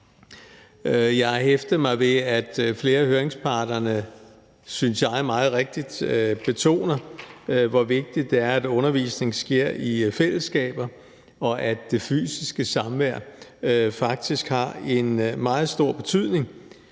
har hæftet mig ved, at flere af høringsparterne meget rigtigt, synes jeg, betoner, hvor vigtigt det er, at undervisningen sker i fællesskaber, og at det fysiske samvær faktisk har en meget stor betydning,